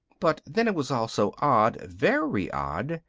but then it was also odd, very odd,